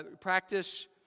practice